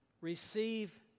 Receive